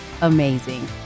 amazing